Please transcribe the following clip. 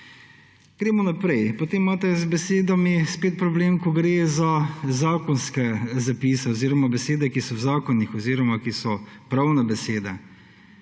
Gremo naprej, potem imate z besedami spet problem, ko gre za zakonske zapise oziroma besede, ki so v zakonih oziroma ki so pravne besede.